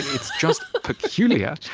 it's just peculiar.